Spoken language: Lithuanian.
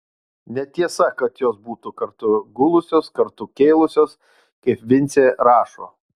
netiesa kad jos būtų kartu gulusios kartu kėlusios kaip vincė rašo